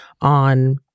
on